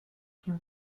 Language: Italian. più